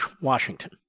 Washington